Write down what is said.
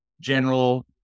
general